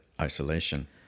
isolation